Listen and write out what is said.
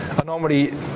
anomaly